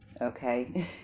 Okay